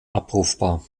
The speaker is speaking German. abrufbar